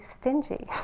stingy